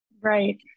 right